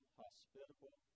hospitable